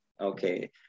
Okay